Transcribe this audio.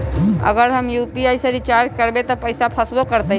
अगर हम यू.पी.आई से रिचार्ज करबै त पैसा फसबो करतई?